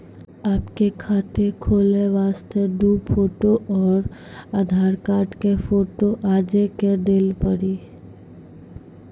आपके खाते खोले वास्ते दु फोटो और आधार कार्ड के फोटो आजे के देल पड़ी?